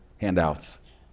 handouts